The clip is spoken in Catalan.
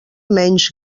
menys